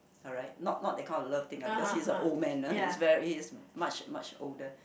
alright not not that kind of love thing ah because he's a old man ah he's very he is much much older